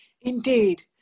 Indeed